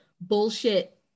bullshit